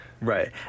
Right